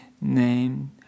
named